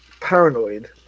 Paranoid